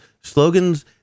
slogans